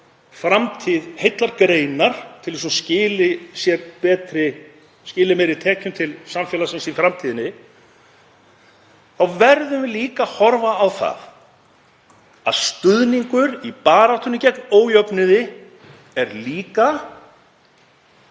framtíð heillar greinar, til að hún skili meiri tekjum til samfélagsins í framtíðinni, þá verðum við líka að horfa á það að stuðningur í baráttunni gegn ójöfnuði er